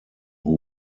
who